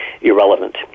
irrelevant